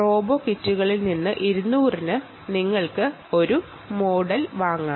റോബോക്കിറ്റുകളിൽ നിന്ന് 200 രൂപക്ക് നിങ്ങൾക്ക് ഒരു മോഡൽ വാങ്ങാം